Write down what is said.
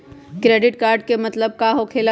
Credit card के मतलब का होकेला?